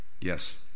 Yes